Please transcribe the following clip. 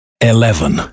eleven